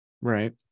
Right